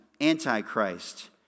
Antichrist